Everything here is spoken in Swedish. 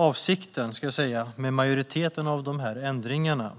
Avsikten med majoriteten av ändringarna